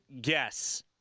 guess